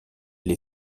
les